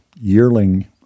yearling